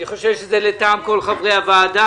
אני חושב שזה לטעם כל חברי הוועדה,